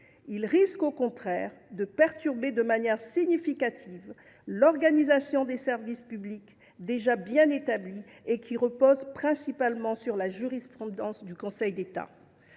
Ils risquent au contraire de perturber significativement l’organisation des services publics, déjà bien établie, et reposant principalement sur la jurisprudence du Conseil d’État.